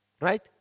Right